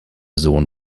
sohn